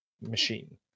machine